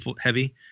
heavy